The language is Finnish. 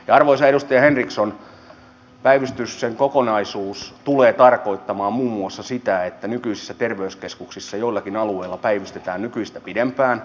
arvoisa edustaja henriksson päivystyksen kokonaisuus tulee tarkoittamaan muun muassa sitä että nykyisissä terveyskeskuksissa joillakin alueilla päivystetään nykyistä pidempään